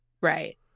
Right